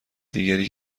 دیگری